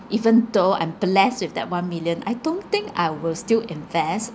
even though I'm blessed with that one million I don't think I will still invest